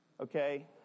Okay